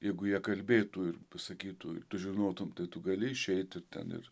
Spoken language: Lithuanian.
jeigu jie kalbėtų ir pasakytų tu žinotum tai tu gali išeiti ten ir